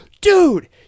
dude